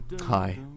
hi